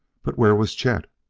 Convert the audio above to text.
but where was chet?